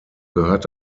gehört